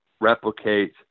replicate